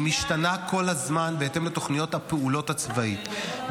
-- היא משתנה כל הזמן בהתאם לתוכניות הפעולה הצבאית.